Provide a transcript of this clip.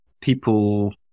people